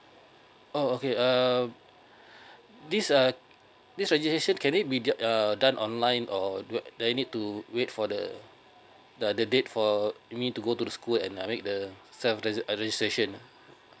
oh okay uh this uh this registration can we do~ done online or do I need to wait for the the the date for me to go to the school and I make the self registration